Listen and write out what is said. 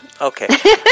Okay